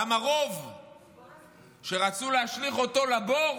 גם הרוב שרצו להשליך אותו לבור